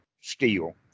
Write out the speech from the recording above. steel